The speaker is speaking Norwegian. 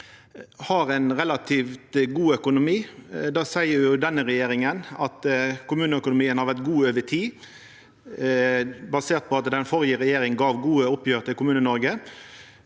har ein relativt god økonomi, det seier denne regjeringa – og kommuneøkonomien har vore god over tid basert på at den førre regjeringa gav gode oppgjer til Kommune-Noreg.